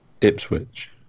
Ipswich